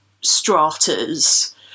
stratas